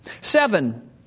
Seven